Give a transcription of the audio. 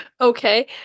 Okay